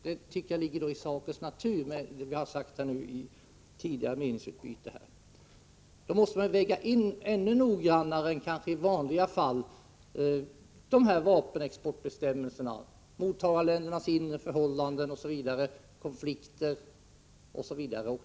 Av vårt tidigare meningsutbyte framgår att det ligger i sakens natur. Här måste man mer noggrant än i andra fall väga in vapenexportbestämmelserna, mottagarländernas inre förhållanden, konflikter osv.